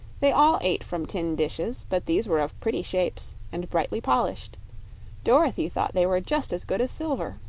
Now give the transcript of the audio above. they all ate from tin dishes but these were of pretty shapes and brightly polished dorothy thought they were just as good as silver.